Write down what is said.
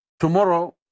Tomorrow